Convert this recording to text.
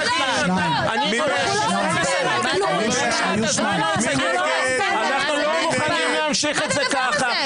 1006. אנחנו לא מוכנים להמשיך את זה ככה.